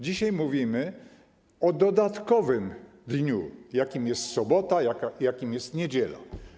Dzisiaj mówimy o dodatkowym dniu, jakim jest sobota, jakim jest niedziela.